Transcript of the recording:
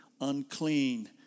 unclean